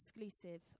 exclusive